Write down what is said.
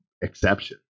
exception